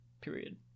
Period